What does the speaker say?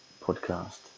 podcast